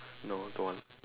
no don't want